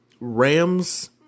Rams